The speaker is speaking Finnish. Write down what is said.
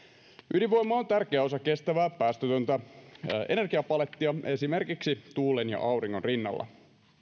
ydinvoima on tärkeä osa kestävää päästötöntä energiapalettia esimerkiksi tuulen ja auringon rinnalla